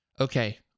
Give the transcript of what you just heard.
okay